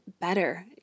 better